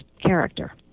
character